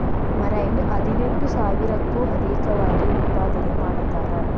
marine ಹದಿನೆಂಟು ಸಾವಿರಕ್ಕೂ ಅದೇಕವಾಗಿ ಉತ್ಪಾದನೆ ಮಾಡತಾರ